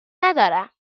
ندارم